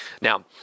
Now